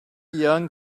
young